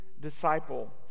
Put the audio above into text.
disciple